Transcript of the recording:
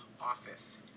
office